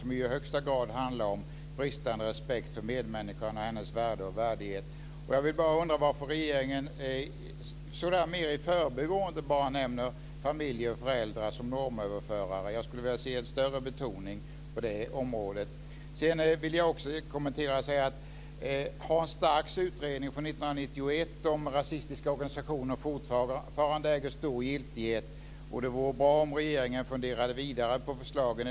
De handlar i högsta grad om bristande respekt för medmänniskan och hennes värde och värdighet. Jag undrar varför regeringen så där mer i förbigående nämner familjer och föräldrar som normöverförare. Jag skulle vilja se en större betoning på det området. Hans Starks utredning från 1991 om rasistiska organisationer äger fortfarande stor giltighet. Det vore bra om regeringen funderade vidare på förslagen.